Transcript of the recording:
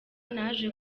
naje